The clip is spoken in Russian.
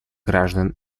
граждан